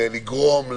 לגרום,